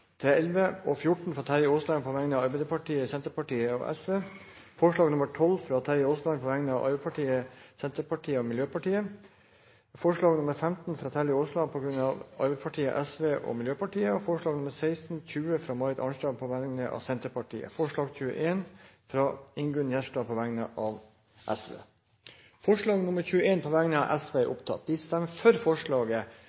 og forslag nr. 14, fra Terje Aasland på vegne av Arbeiderpartiet, Senterpartiet og Sosialistisk Venstreparti forslag nr. 12, fra Terje Aasland på vegne av Arbeiderpartiet, Senterpartiet og Miljøpartiet De Grønne forslag nr. 15, fra Terje Aasland på vegne av Arbeiderpartiet, Sosialistisk Venstreparti og Miljøpartiet De Grønne forslagene nr. 16–20, fra Marit Arnstad på vegne av Senterpartiet forslag nr. 21, fra Ingunn Gjerstad på vegne av